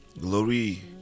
Glory